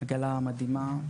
עגלה מדהימה,